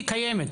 היא קיימת,